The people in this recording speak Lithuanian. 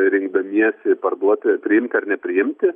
rinkdamiesi parduoti priimti ar nepriimti